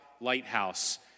Lighthouse